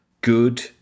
good